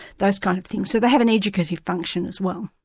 those kind of things. so they had an educative function as well.